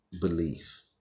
belief